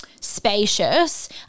spacious